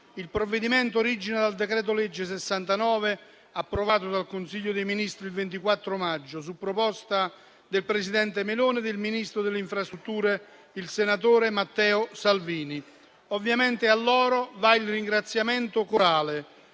Il provvedimento origina dal decreto-legge n. 69, approvato dal Consiglio dei ministri il 24 maggio, su proposta del presidente Meloni e del ministro delle infrastrutture, il senatore Matteo Salvini. Ovviamente a loro va il ringraziamento corale,